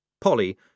Polly